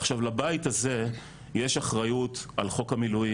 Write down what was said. עכשיו לבית הזה יש אחריות על חוק המילואים